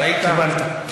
קיבלת.